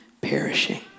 perishing